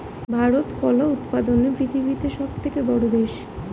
ভারত কলা উৎপাদনে পৃথিবীতে সবথেকে বড়ো দেশ